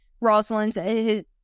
Rosalind's